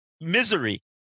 misery